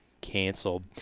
canceled